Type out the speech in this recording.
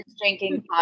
Drinking